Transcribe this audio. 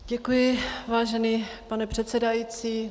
Děkuji, vážený pane předsedající.